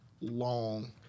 long